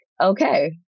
okay